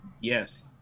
Yes